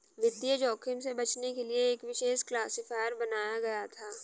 वित्तीय जोखिम से बचने के लिए एक विशेष क्लासिफ़ायर बनाया गया था